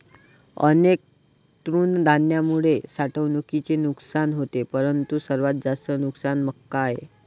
अनेक तृणधान्यांमुळे साठवणुकीचे नुकसान होते परंतु सर्वात जास्त नुकसान मका आहे